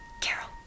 Carol